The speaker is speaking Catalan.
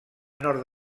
nord